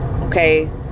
Okay